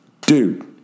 dude –